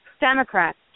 Democrats